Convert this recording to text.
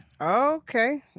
Okay